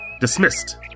Dismissed